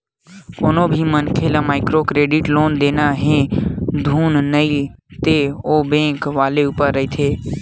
कोनो भी मनखे ल माइक्रो क्रेडिट लोन देना हे धुन नइ ते ओ बेंक वाले ऊपर रहिथे